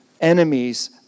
enemies